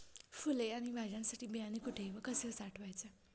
फुले आणि भाज्यांसाठी बियाणे कुठे व कसे साठवायचे?